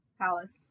Palace